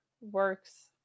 works